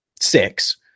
six